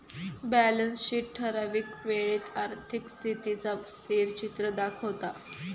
balance sheet ठरावीक वेळेत आर्थिक स्थितीचा स्थिरचित्र दाखवता